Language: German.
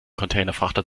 containerfrachter